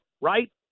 right